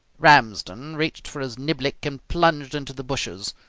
ramsden reached for his niblick and plunged into the bushes.